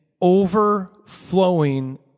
overflowing